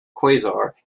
quasar